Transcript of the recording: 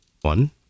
one